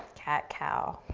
cat cow.